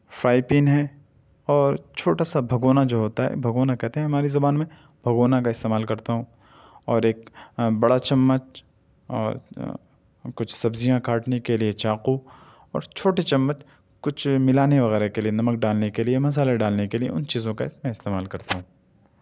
five pan ہے اور چھوٹی سا بھگونا جو ہوتا ہے بھگونا کہتے ہیں ہماری زبان میں بھگونا کا استعمال کرتا ہوں اور ایک بڑا چمچ اور کچھ سبزیاں کاٹنے کے لئے چاقو اور چھوٹی چمچ کچھ ملانے وغیرہ کے لئے نمک ڈالنے کے لئے مصالحے ڈالنے کے لئے ان چیزوں کا اس میں استعمال کرتا ہوں